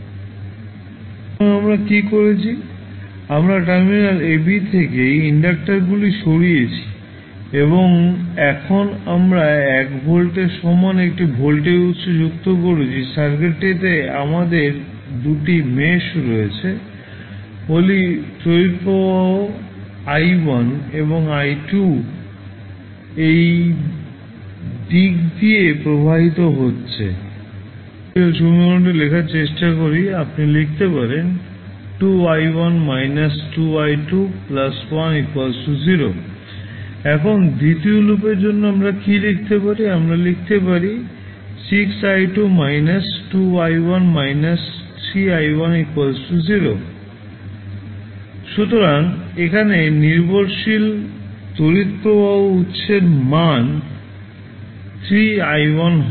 সুতরাং আমরা কী করেছি আমরা টার্মিনাল AB থেকে ইন্ডাক্টারগুলি সরিয়েছি এবং এখন আমরা 1 ভোল্টের সমান একটি ভোল্টেজ উৎস যুক্ত করেছি সার্কিটটিতে আমাদের দুটি মেস রয়েছে বলি তড়িৎ প্রবাহ i 1 এবং i2 এই দিক দিয়ে প্রবাহিত হচ্ছে উভয়ই এর মধ্যে রয়েছে একই দিক তাই আসুন আমরা এই ক্ষেত্রে উভয় মেসের জন্য KVL সমীকরণ লেখার চেষ্টা করি আপনি লিখতে পারেন 2i1 − 2i2 1 0 এখন দ্বিতীয় লুপের জন্য আমরা কী লিখতে পারি আমরা লিখতে পারি 6i2 − 2i1 − 3i1 0 সুতরাং এখানে নির্ভরশীল তড়িৎ প্রবাহ উত্সের মান 3i1 হবে